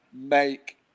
make